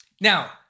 Now